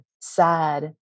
Sad